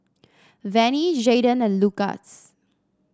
Venie Jaiden and Lukas